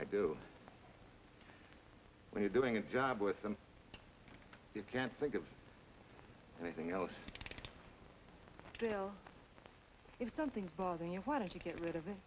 i do when you're doing a job with them you can't think of anything else you know if something's bothering you why don't you get rid of it